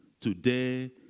today